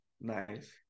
nice